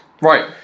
Right